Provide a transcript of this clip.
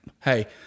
hey